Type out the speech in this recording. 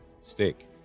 stick